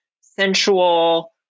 sensual